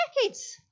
decades